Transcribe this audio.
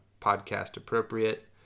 podcast-appropriate